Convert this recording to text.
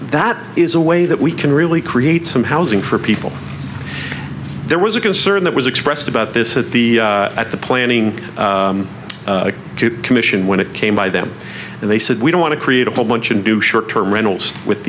that is a way that we can really create some housing for people there was a concern that was expressed about this at the at the planning commission when it came by them and they said we don't want to create a whole bunch and do short term rentals with